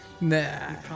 Nah